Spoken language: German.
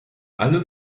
alle